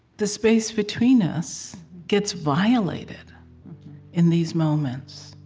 the space between us gets violated in these moments,